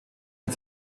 mit